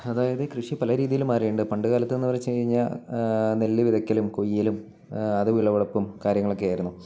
അതായത് കൃഷി പല രീതിയിൽ മാറുന്നുണ്ട് പണ്ട് കാലത്ത് എന്ന് വച്ച് കഴിഞ്ഞാൽ നെല്ല് വിതയ്ക്കലും കൊയ്യലും അത് വിളവെടുപ്പും കാര്യങ്ങളും ഒക്കെ ആയിരുന്നു